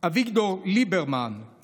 אביגדור ליברמן,